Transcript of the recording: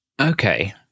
Okay